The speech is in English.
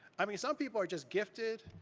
i mean, some people are just gifted,